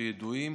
שידועים,